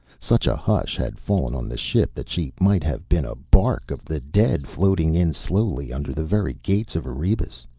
such a hush had fallen on the ship that she might have been a bark of the dead floating in slowly under the very gate of erebus.